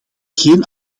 geen